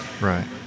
Right